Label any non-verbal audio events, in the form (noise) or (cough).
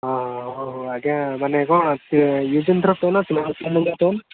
ହଁ ହଁ ହଉ ହଉ ଆଜ୍ଞା ମାନେ କ'ଣ ସେ ୟୁଜ୍ ଆଣ୍ଡ୍ ଥ୍ରୋ ପେନ୍ ଅଛି (unintelligible)